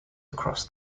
across